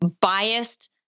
biased